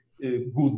good